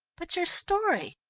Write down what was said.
but your story?